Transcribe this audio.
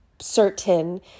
certain